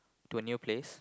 to a new place